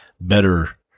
better